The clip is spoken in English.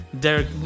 Derek